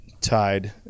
tied